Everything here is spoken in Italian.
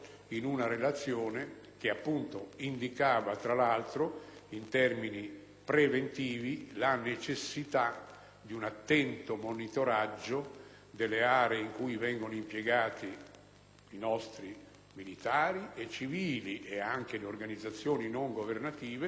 di un attento monitoraggio delle aree in cui vengono impiegati nostri militari o civili ed anche le organizzazioni non governative, che generosamente si prodigano per prevenire eventuali conseguenze negative